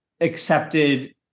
accepted